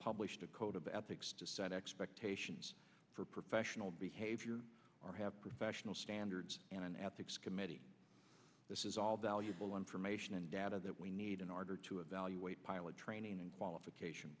published a code of ethics to set expectations for professional behavior or have professional standards and an ethics committee this is all valuable information and data that we need in order to evaluate pilot training and qualification